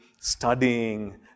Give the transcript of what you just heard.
studying